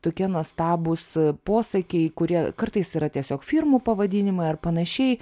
tokie nuostabūs posakiai kurie kartais yra tiesiog firmų pavadinimai ar panašiai